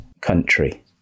country